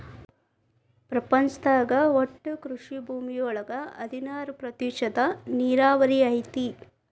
ಪ್ರಪಂಚದಾಗ ಒಟ್ಟು ಕೃಷಿ ಭೂಮಿ ಒಳಗ ಹದನಾರ ಪ್ರತಿಶತಾ ನೇರಾವರಿ ಐತಿ